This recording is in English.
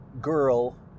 girl